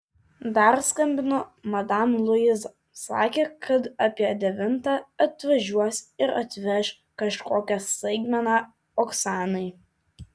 dar skambino madam luiza sakė kad apie devintą atvažiuos ir atveš kažkokią staigmeną oksanai